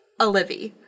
Olivia